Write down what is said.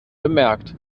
bemerkt